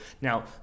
Now